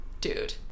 Dude